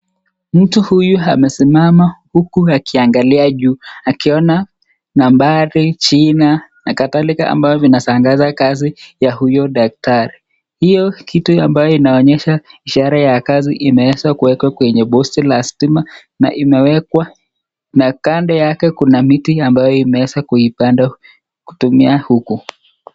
Mtu huyu amesimama huku akiangalia juu, akiona nambari, jina na kadhalika ambayo inatangaza kazi ya huyu daktari . Hiyo kitu ambayo inaonyesha ishara ya kazi imeweza kuwekwa kwenye posti [cs} la stima na imekuwa na kando yake Kuna mti ambayo imeweza kuipandwa kutumia huku.